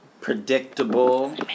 predictable